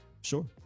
Sure